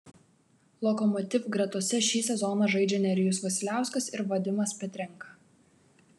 lokomotiv gretose šį sezoną žaidžia nerijus vasiliauskas ir vadimas petrenka